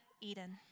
Eden